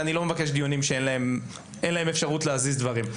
אני לא מבקש דיונים שאין להם אפשרות להזיז דברים.